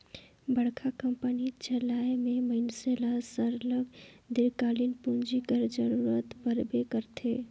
बड़का कंपनी चलाए में मइनसे ल सरलग दीर्घकालीन पूंजी कर जरूरत परबे करथे